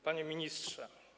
Panie Ministrze!